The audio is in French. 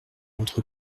entre